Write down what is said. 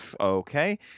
okay